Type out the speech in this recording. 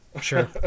Sure